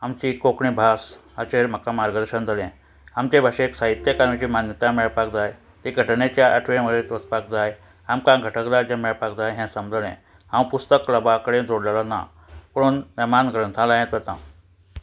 आमची कोंकणी भास हाचेर म्हाका मार्गदर्शन जालें आमचे भाशेक साहित्यकारांची मान्यताय मेळपाक जाय ती घटनेच्या आठवे वळेरेंत वचपाक जाय आमकां घटक राज्य मेळपाक जाय हें समजलें हांव पुस्तक क्लबा कडेन जोडलेलो ना पूण नेमान ग्रंथालयांत वता